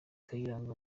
kayiranga